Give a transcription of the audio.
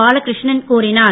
பாலகிருஷ்ணன் கூறினார்